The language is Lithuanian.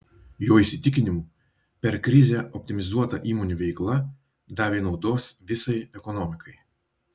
jo įsitikinimu per krizę optimizuota įmonių veikla davė naudos visai ekonomikai